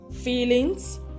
feelings